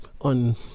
on